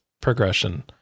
progression